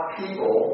people